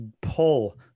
pull